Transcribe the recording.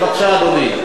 בבקשה, אדוני.